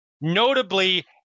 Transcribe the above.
Notably